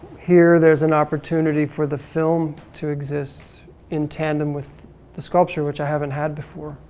here, there's an opportunity for the film to exist in tandem with the sculpture which i haven't had before.